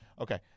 Okay